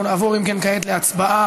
אנחנו נעבור, אם כן, כעת להצבעה